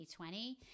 2020